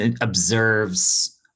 observes